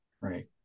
Right